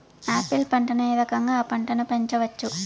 Apple పంటను ఏ రకంగా అ పంట ను పెంచవచ్చు?